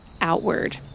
outward